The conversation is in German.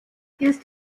ist